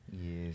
Yes